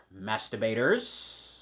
Masturbators